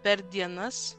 per dienas